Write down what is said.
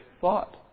thought